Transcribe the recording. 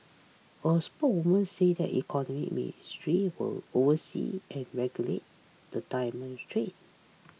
a spokeswoman says that the Economy Ministry will oversee and regulate the diamond trade